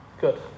Good